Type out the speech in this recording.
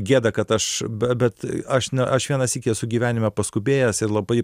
gėda kad aš be bet aš ne aš vienąsyk esu gyvenime paskubėjęs ir labai